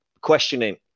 questioning